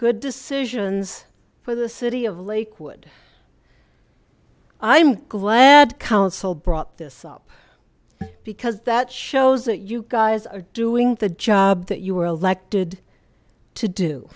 good decision for the city of lakewood i'm glad council brought this up because that shows that you guys are doing the job that you were elected to do